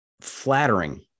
flattering